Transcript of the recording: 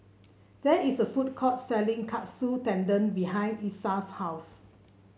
there is a food court selling Katsu Tendon behind Isiah's house